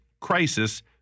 crisis